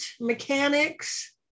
mechanics